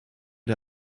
der